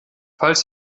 falls